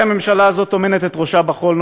ננסה לסגור חור פה,